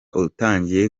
utangiye